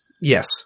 Yes